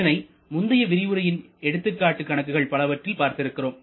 இதனை முந்தைய விரிவுரையின் எடுத்துக்காட்டு கணக்குகள் பலவற்றில் பார்த்திருக்கிறோம்